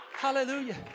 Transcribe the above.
Hallelujah